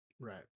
Right